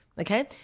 Okay